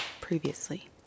previously